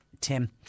Tim